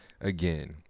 again